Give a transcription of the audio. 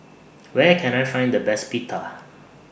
Where Can I Find The Best Pita